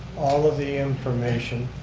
all of the information,